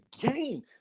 game